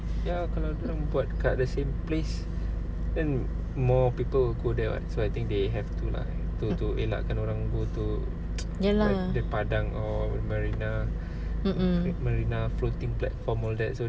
ya kalau dia orang buat dekat the same place then more people will go there [what] so I think they have to lah to to elakkan orang go to like the padang or marina marina floating platform all that so